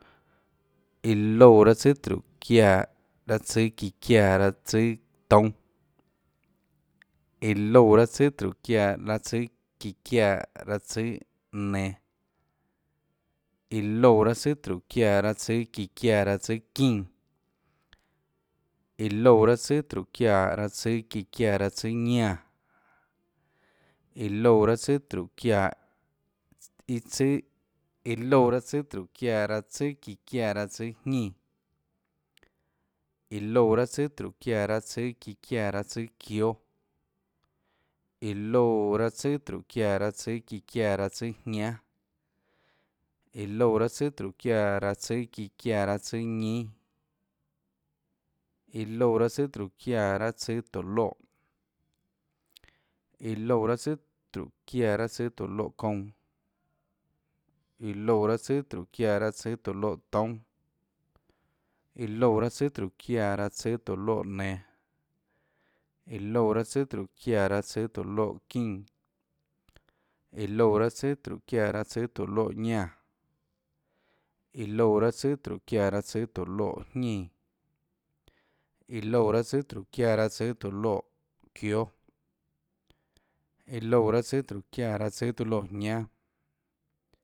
Iã loúã raâ tsùàtróhå çiáã tsùâ çíã çiáã raâ tsùâtoúnâ, iã loúã raâ tsùàtróhå çiáã tsùâ çíã çiáã raâ tsùâ nenå, iã loúã raâ tsùàtróhå çiáã tsùâ çíã çiáã raâ tsùâ çínã, iã loúã raâ tsùàtróhå çiáã tsùâ çíã çiáã raâ tsùâ ñánã, iã loúã raâ tsùàtróhå çiáã iâ tsùà, iã loúã raâ tsùàtróhå çiáã tsùâ çíã çiáã raâ tsùâ jñínã, iã loúã raâ tsùàtróhå çiáã tsùâ çíã çiáã raâ tsùâ çióâ, iã loúã raâ tsùàtróhå çiáã tsùâ çíã çiáã raâ tsùâ jñánâ, iã loúã raâ tsùàtróhå çiáã tsùâ çíã çiáã raâ tsùâ ñínâ, iã loúã raâ tsùàtróhå çiáã tsùâ tóå loè, iã loúã raâ tsùàtróhå çiáã tsùâ tóå loèkounã, iã loúã raâ tsùàtróhå çiáã tsùâ tóå loètoúnâ, iã loúã raâ tsùàtróhå çiáã tsùâ tóå loè nenå, iã loúã raâ tsùàtróhå çiáã tsùâ tóå loè çínã, iã loúã raâ tsùàtróhå çiáã tsùâ tóå loè ñánã, iã loúã raâ tsùàtróhå çiáã tsùâ tóå loèjñínã, iã loúã raâ tsùàtróhå çiáã tsùâ tóå loè çióâ, iã loúã raâ tsùàtróhå çiáã tsùâ tóå loèjñánâ.